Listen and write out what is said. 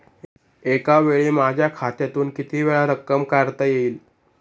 एकावेळी माझ्या खात्यातून कितीवेळा रक्कम काढता येईल?